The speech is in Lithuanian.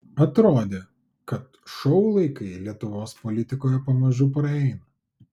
atrodė kad šou laikai lietuvos politikoje pamažu praeina